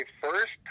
first